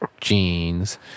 jeans